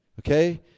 Okay